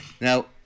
now